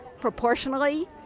proportionally